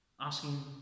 Asking